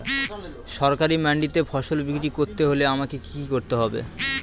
সরকারি মান্ডিতে ফসল বিক্রি করতে হলে আমাকে কি কি করতে হবে?